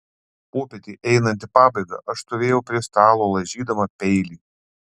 popietei einant į pabaigą aš stovėjau prie stalo laižydama peilį